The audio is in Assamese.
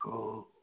অঁ